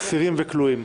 אסירים וכלואים).